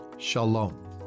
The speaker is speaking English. Shalom